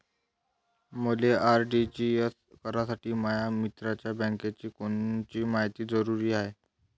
मले आर.टी.जी.एस करासाठी माया मित्राच्या बँकेची कोनची मायती जरुरी हाय?